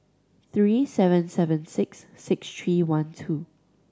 three seven seven six six three one two